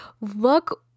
look